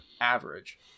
average